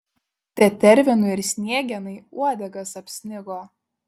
tetervinui ir sniegenai uodegas apsnigo